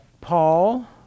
Paul